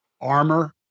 armor